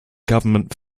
government